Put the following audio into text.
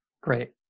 Great